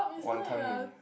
Wanton-Mee